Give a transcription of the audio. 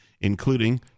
including